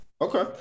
Okay